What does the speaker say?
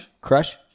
crush